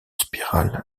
spirale